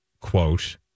quote